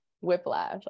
whiplash